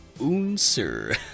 Unser